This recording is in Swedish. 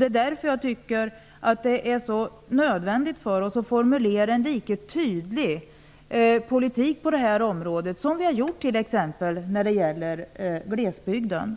Det är därför jag tycker att det är nödvändigt för oss att formulera en lika tydlig politik på detta område som vi har gjort t.ex. när det gäller glesbygden.